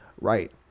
Right